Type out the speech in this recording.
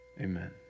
amen